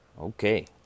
Okay